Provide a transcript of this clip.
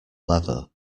leather